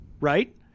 right